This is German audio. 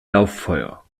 lauffeuer